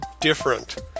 different